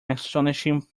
astonishing